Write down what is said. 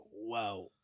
Wow